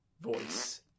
voice